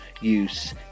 use